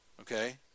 Okay